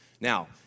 Now